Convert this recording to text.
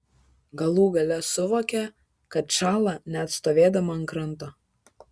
galų gale suvokė kad šąla net stovėdama ant kranto